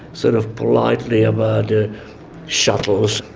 sort of politely about the shuttles.